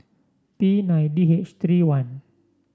P nine D H three one